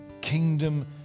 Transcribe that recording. kingdom